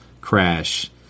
crash